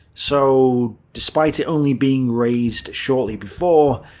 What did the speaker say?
so, despite it only being raised shortly before,